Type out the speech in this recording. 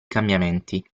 cambiamenti